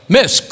Miss